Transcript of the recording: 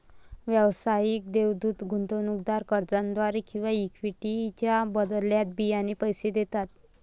व्यावसायिक देवदूत गुंतवणूकदार कर्जाद्वारे किंवा इक्विटीच्या बदल्यात बियाणे पैसे देतात